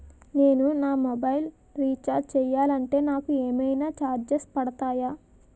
నేను నా mobile recharge చేయాలంటే నాకు ఏమైనా చార్జెస్ పడతాయా?